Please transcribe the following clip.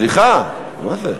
סליחה, מה זה?